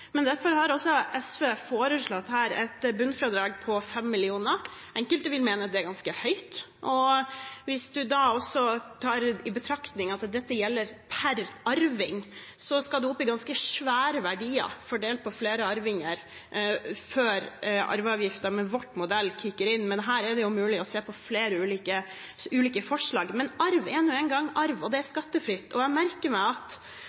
Derfor har SV foreslått et bunnfradrag på 5 mill. kr. Enkelte vil mene det er ganske høyt. Hvis man også tar i betraktning at dette gjelder per arving, skal man opp i ganske svære verdier fordelt på flere arvinger før arveavgiften med vår modell kicker inn. Her er det mulig å se på flere ulike forslag. Men arv er nå en gang arv, og det er skattefritt. Jeg merker meg at